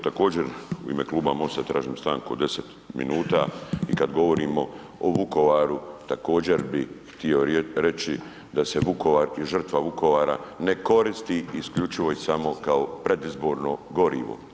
Također u ime Kluba MOST-a tražim stanku od 10 minuta i kad govorimo o Vukovaru također bi htio reći da se Vukovar i žrtva Vukovara ne koristi isključivo i samo kao predizborno gorivo.